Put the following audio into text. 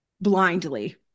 blindly